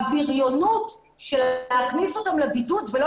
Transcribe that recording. הביריונות של להכניס אותם לבידוד ולא